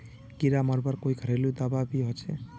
कीड़ा मरवार कोई घरेलू दाबा भी होचए?